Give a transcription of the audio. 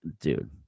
dude